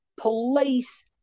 police